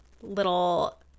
little